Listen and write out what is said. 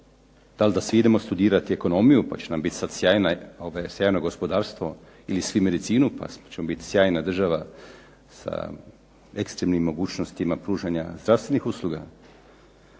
Da li da si idemo studirati ekonomiju pa će nama biti sada sjajno gospodarstvo ili svi medicinu pa ćemo biti sjajna država s ekstremnim mogućnostima pružanja zdravstvenih usluga.